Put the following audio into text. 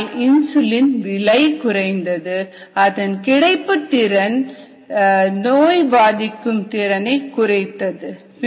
இதனால் இன்சுலின் விலை குறைந்து அதன் கிடைப்பு திறன் ஏரி நோய் பாதிப்பும் குறைந்தது